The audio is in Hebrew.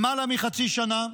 למעלה מחצי שנה.